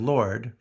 Lord